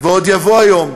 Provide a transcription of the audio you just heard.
ועוד יבוא היום,